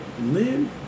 Lynn